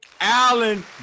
Allen